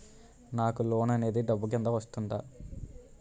నాకు లోన్ అనేది డబ్బు కిందా వస్తుందా?